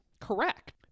correct